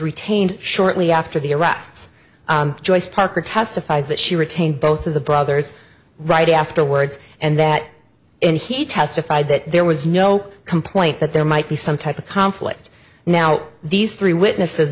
retained shortly after the arrests joyce parker testifies that she retained both of the brothers right afterwards and that and he testified that there was no complaint that there might be some type of conflict now these the witnesses